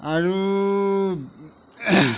আৰু